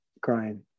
crying